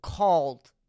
called